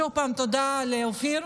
עוד פעם תודה לאופיר,